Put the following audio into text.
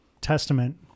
Testament